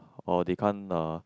or they can't uh